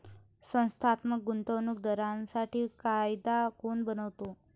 संस्थात्मक गुंतवणूक दारांसाठी कायदा कोण बनवतो?